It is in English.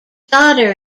daughter